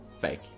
fake